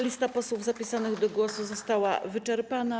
Lista posłów zapisanych do głosu została wyczerpana.